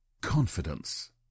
confidence